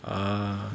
ah